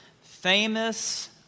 famous